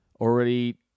Already